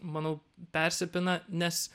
manau persipina nes